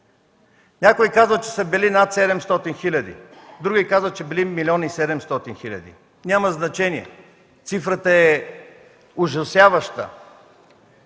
Някои казват, че са били над 700 хиляди, други казват, че били милион и седемстотин хиляди. Няма значение – цифрата е ужасяваща.